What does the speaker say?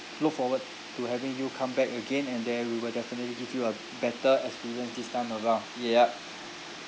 look forward to having you come back again and then we will definitely give you a better experience this time around yup